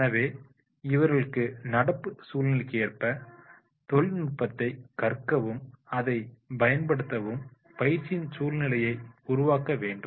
எனவே இவர்களுக்கு நடப்பு சூழ்நிலைக்கேற்ப தொழில்நுட்பத்தை கற்கவும் அதை பயன்படுத்தவும் பயிற்சியின் சூழ்நிலையை உருவாக்க வேண்டும்